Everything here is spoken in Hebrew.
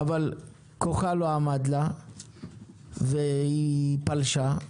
אבל כוחה לא עמד לה והיא פלשה,